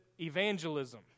evangelism